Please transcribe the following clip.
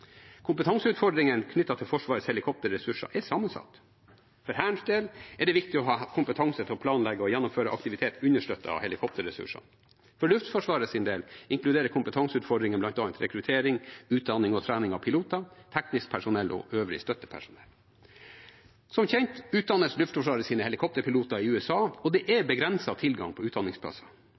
til Forsvarets helikopterressurser er sammensatte. For Hærens del er det viktig å ha kompetanse til å planlegge og gjennomføre aktivitet understøttet av helikopterressurser. For Luftforsvarets del inkluderer kompetanseutfordringene bl.a. rekruttering, utdanning og trening av piloter, teknisk personell og øvrig støttepersonell. Som kjent utdannes Luftforsvarets helikopterpiloter i USA, og det er begrenset tilgang på utdanningsplasser.